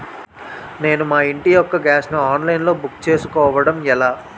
నేను మా ఇంటి యెక్క గ్యాస్ ను ఆన్లైన్ లో బుక్ చేసుకోవడం ఎలా?